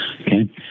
Okay